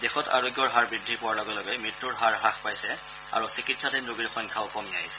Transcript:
দেশত আৰোগ্যৰ হাৰ বৃদ্ধি পোৱাৰ লগে লগে মৃত্যুৰ হাৰ হ্ৰাস পাইছে আৰু চিকিৎসাধীন ৰোগীৰ সংখ্যাও কমি আহিছে